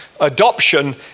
adoption